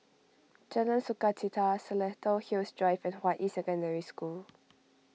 Jalan Sukachita Seletar Hills Drive and Hua Yi Secondary School